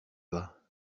bas